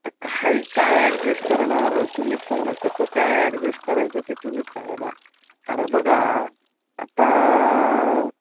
आता काय काय ॲडजस्ट करणार तुम्हीच सांगा कसं काय ॲडजस्ट करायचं ते तुम्हीच सांगा ना कारण बघा आता